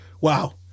Wow